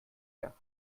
der